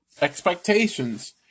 expectations